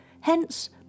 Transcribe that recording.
hence